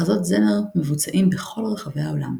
מחזות זמר מבוצעים בכל רחבי העולם.